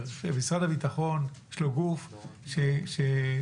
למשרד הביטחון יש גוף שממומן.